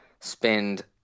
spend